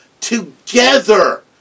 together